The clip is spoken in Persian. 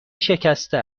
شکسته